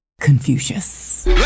Confucius